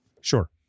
Sure